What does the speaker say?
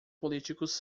políticos